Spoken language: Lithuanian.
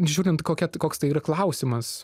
žiūrint kokia koks tai yra klausimas